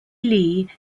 lee